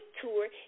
tour